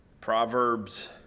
Proverbs